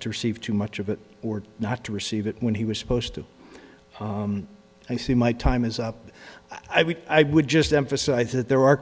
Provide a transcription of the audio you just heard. to receive too much of it or not to receive it when he was supposed to i see my time is up i would i would just emphasize that there are